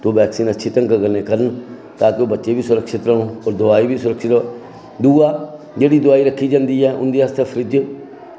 ते वैक्सीन पूरी ढंगै कन्नै करन ताकी बच्चे बी सुरक्खत रौह्न ते दोआई बी ते दूआ जेह्ड़ी दोआई रक्खी जंदी ऐ उं'दे आस्तै फ्रिज